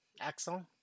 Axel